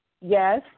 yes